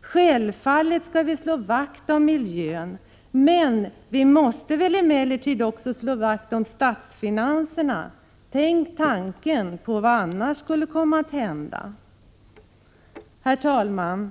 Självfallet skall vi slå vakt om miljön, men vi måste emellertid också slå vakt om statsfinanserna. Tänk på vad som annars skulle hända. Herr talman!